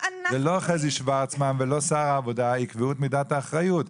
ולא חזי שוורצמן ולא שר העבודה ייקבעו את מידת האחריות.